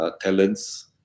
talents